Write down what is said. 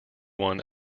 one